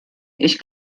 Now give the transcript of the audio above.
ich